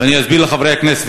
ואני אסביר לחברי הכנסת.